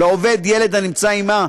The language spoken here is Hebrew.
2. לעובדת או לעובד ילד הנמצא עמם,